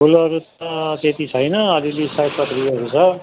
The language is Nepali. फुलहरू त त्यति छैन अलिअलि सयपत्रीहरू छ